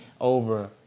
over